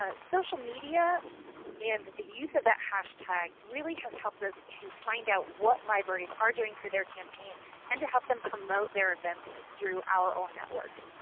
social media and the use of that hashtag really has helped us to find out what libraries are doing for their campaign and to help them promote their events through our own network.